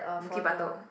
Bukit-Batok